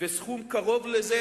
ועוד סכום קרוב לזה,